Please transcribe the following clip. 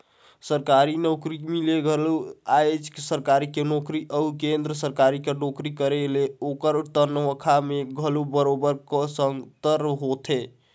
सरकारी नउकरी मिले में घलो राएज सरकार कर नोकरी अउ केन्द्र सरकार कर नोकरी करे ले ओकर तनखा में घलो बरोबेर अंतर होथे